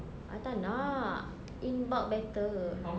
ah tak nak in bulk better